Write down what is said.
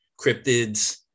cryptids